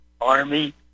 Army